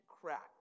crack